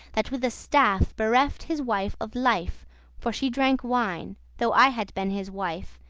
that with a staff bereft his wife of life for she drank wine, though i had been his wife,